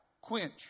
quench